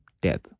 death